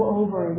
over